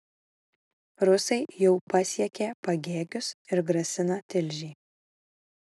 rusai jau pasiekė pagėgius ir grasina tilžei